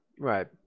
Right